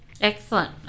excellent